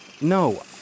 no